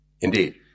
Indeed